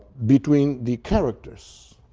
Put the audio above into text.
between the characters.